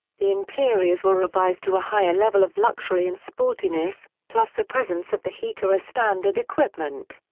the interiors were revised to a higher level of luxury and sportiness, plus the presence of the heater as standard equipment.